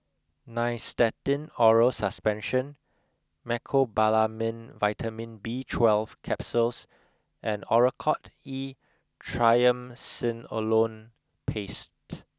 Nystatin Oral Suspension Mecobalamin Vitamin B twelve Capsules and Oracort E Triamcinolone Paste